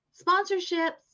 Sponsorships